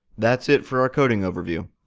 that's it for our coding overview.